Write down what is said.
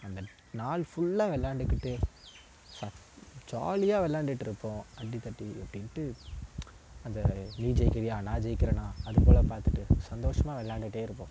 அந்த நாள் ஃபுல்லா விளாண்டுக்கிட்டு ச ஜாலியாக விளாண்டுட்ருப்போம் அடிதடி ஒட்டிக்கிட்டு அந்த நீ ஜெயிக்கிறியா நான் ஜெயிக்கிறனா அதுபோல பார்த்துட்டு சந்தோஷமாக விளாண்டுட்டே இருப்போம்